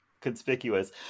conspicuous